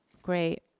great,